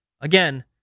again